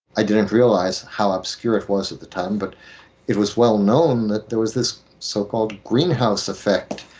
i didn't realize how obscure it was at the time, but it was well known that there was this so-called greenhouse effect,